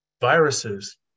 viruses